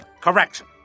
Correction